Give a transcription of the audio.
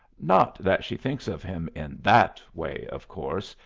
not that she thinks of him in that way, of course.